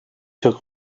çok